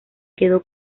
quedó